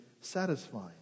satisfying